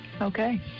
okay